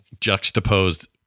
juxtaposed